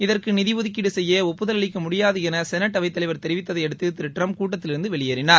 இதற்கு நிதி ஒதுக்கீடு சுசுய்ய ஒப்புதல் அளிக்க முடியாது என செனட் அவைத்தலைவா் தெரிவித்ததை அடுத்து திரு ட்டிரம்ப் கூட்டத்திலிருந்து வெளியேறினார்